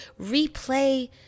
Replay